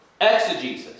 exegesis